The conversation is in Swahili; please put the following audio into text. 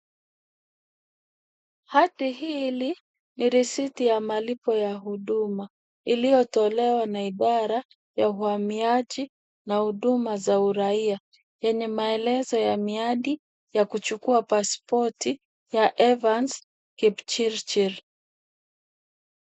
Hati hili ni risiti ya malipo ya huduma iliyotolewa na ibara ya uhamiaji na huduma za uraia, yenye maelezo ya miadi ya kuchukua paspoti ya Evans Kipchirchir.